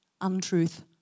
untruth